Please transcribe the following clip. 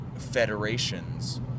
federations